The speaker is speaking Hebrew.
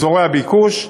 אזורי הביקוש,